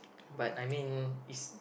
but I mean is